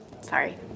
Sorry